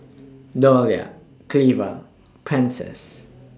Dollye Cleva Prentice